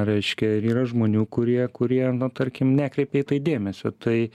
reiškia ir yra žmonių kurie kurie na tarkim nekreipia į tai dėmesio tai